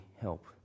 help